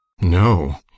No